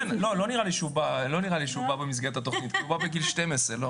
הוא בא בגיל 12, לא